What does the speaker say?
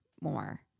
more